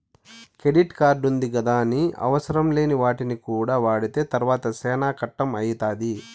credit కార్డుంది గదాని అవసరంలేని వాటికి కూడా వాడితే తర్వాత సేనా కట్టం అయితాది